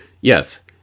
yes